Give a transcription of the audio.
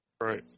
Right